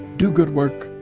do good work,